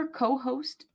co-host